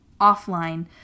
offline